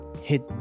hit